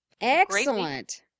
Excellent